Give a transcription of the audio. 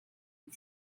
and